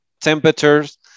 temperatures